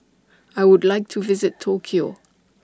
I Would like to visit Tokyo